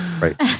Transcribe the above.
right